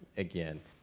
again,